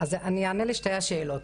אני אענה לשתי השאלות.